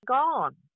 gone